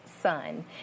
son